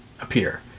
appear